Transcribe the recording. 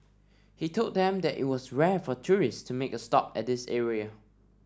he told them that it was rare for tourists to make a stop at this area